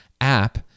app